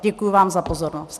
Děkuji vám za pozornost.